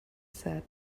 said